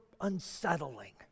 unsettling